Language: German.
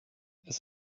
ist